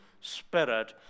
spirit